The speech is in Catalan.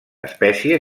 espècie